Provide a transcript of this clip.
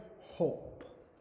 hope